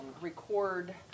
record